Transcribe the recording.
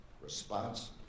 response